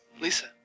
Lisa